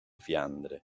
fiandre